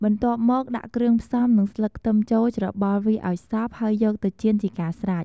បន្ទាប់មក ដាក់គ្រឿងផ្សំ និងស្លឹកខ្ទឹមចូល ច្របល់វាឱ្យសព្វហើយយកទៅចៀនជាការស្រេច។